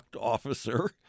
officer